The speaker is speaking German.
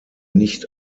nicht